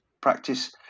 practice